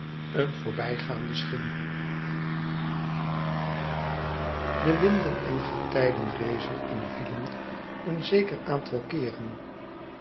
esnb voorbuoaande schim de winden en getijden rezen en vielen een zeker aantal keeren